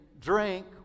drink